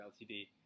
LTD